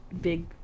big